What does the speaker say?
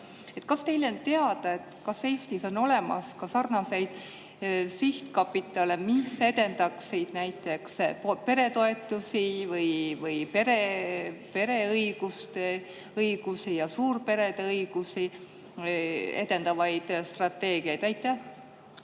Kas teile on teada, kas Eestis on olemas ka sarnaseid sihtkapitale, mis edendaksid näiteks peretoetuste või pereõiguste, suurperede õiguste strateegiaid? Aitäh,